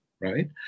right